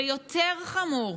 ויותר חמור,